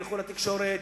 ילכו לתקשורת,